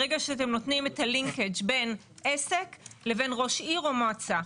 ברגע שאתה נותנים את הקישור בין עסק לבין ראש עיר או מועצה.